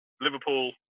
Liverpool